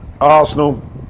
arsenal